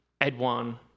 Edwan